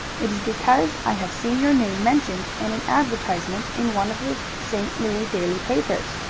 it is because i have seen your name mentioned in an advertisement in one of the st. louis daily papers.